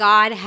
God